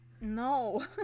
No